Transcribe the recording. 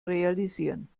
realisieren